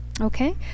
okay